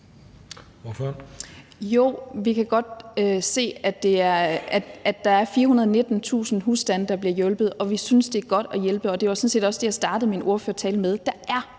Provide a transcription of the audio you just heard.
vi kan godt se, at der er 419.000 husstande, der bliver hjulpet, og vi synes, det er godt at hjælpe. Det var sådan set også det, jeg startede min ordførertale